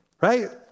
Right